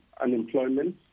unemployment